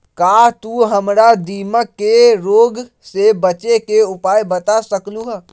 का तू हमरा दीमक के रोग से बचे के उपाय बता सकलु ह?